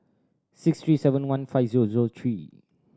six three seven one five zero zero three